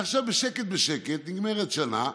ועכשיו בשקט-בשקט נגמרת שנה,